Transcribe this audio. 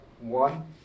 one